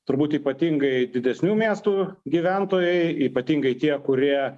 turbūt ypatingai didesnių miestų gyventojai ypatingai tie kurie